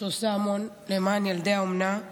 שעושה המון למען ילדי האומנה.